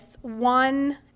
one